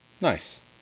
nice